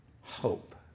hope